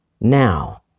Now